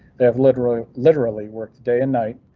they have literally literally worked day and night.